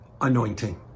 anointing